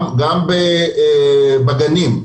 גם בגנים.